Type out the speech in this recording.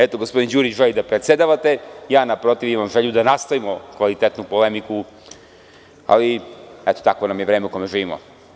Eto gospodin Đurić želi da predsedavate, ja naprotiv imam želju da nastavimo kvalitetnu polemiku, ali, eto tako nam je vreme u kome živimo.